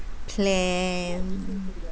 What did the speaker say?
mm plan